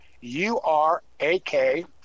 U-R-A-K